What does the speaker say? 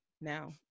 now